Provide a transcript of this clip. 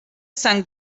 sant